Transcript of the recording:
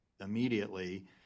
immediately